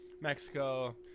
Mexico